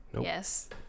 Yes